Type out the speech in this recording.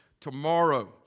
tomorrow